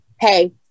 hey